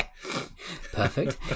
perfect